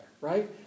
Right